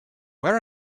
where